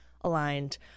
aligned